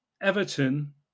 Everton